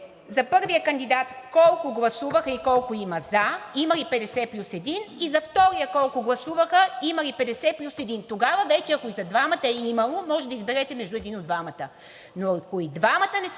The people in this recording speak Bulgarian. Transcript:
за първия кандидат колко са гласували и колко има за, има ли 50 плюс 1, за втория колко гласуваха и има ли 50 плюс 1? Тогава вече, ако и за двамата е имало, може да изберете между един от двамата,